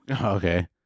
okay